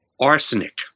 arsenic